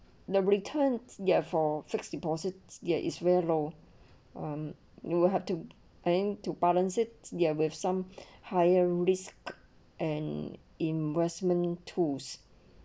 the returns ya for fixed deposits ya is very low um you will have to aim to balance it there with some higher risk and investment tools